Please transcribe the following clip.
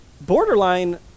borderline